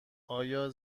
آیا